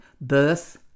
birth